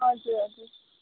हजुर हजुर